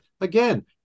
Again